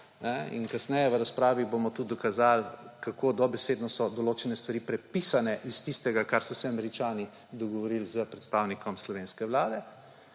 in kasneje v razpravi bomo tudi dokazali, kako dobesedno so določene stvari prepisane iz tistega, kar so se Američani dogovorili s predstavnikom slovenske vlade